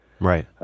right